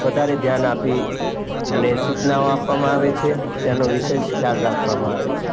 વધારે ધ્યાન આપી અને સૂચનાઓ આપવામાં આવે છે ત્યાંનો વિશેષ ખ્યાલ રાખવામાં આવે છે